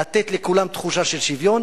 לתת לכולם תחושה של שוויון.